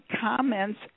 comments